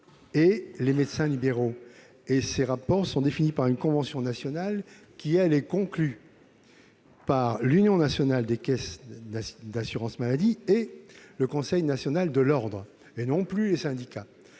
et les médecins libéraux. Ces rapports seraient définis par une convention nationale conclue par l'Union nationale des caisses d'assurance maladie et le Conseil national de l'ordre des médecins, et non les syndicats.